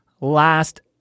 last